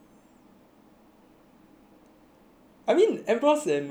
I mean everyone said wei hao made the app to play mahjong [what]